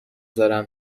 دارم